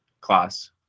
class